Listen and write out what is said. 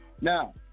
Now